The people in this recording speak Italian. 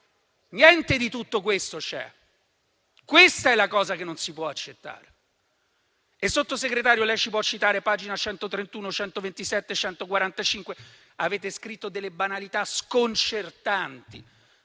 niente di tutto questo. Questa è la cosa che non si può accettare. Signor Sottosegretario, lei può citare le pagine nn. 131, 127 e 145, ma avete scritto delle banalità sconcertanti: